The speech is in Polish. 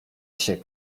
się